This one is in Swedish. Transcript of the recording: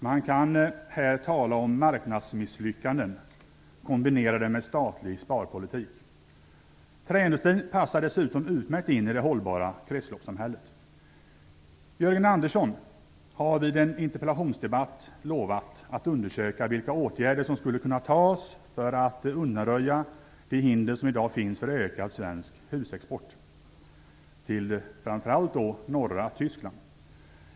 Man kan här tala om marknadsmisslyckanden i kombination med statlig sparpolitik. Träindustrin passar dessutom utmärkt in i det hållbara kretsloppssamhället. Jörgen Andersson har vid en interpellationsdebatt lovat att undersöka vilka åtgärder som skulle kunna vidtas för att undanröja de hinder som i dag finns för ökad svensk husexport till framför allt norra Tyskland.